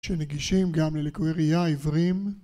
שנגישים גם ללקויי ראייה עיוורים